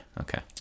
okay